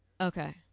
Okay